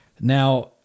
Now